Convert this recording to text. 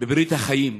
בברית החיים.